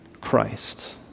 Christ